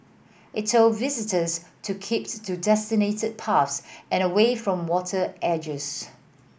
it told visitors to keeps to designated paths and away from water edges